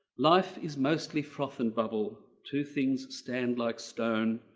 life is mostly froth and bubble. two things stand like stone.